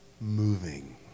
moving